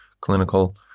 clinical